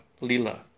lila